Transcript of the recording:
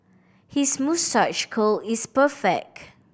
his moustache curl is perfect